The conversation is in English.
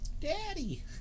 daddy